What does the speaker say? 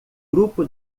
grupo